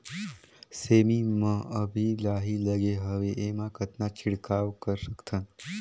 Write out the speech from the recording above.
सेमी म अभी लाही लगे हवे एमा कतना छिड़काव कर सकथन?